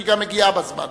שהיא גם מגיעה בזמן,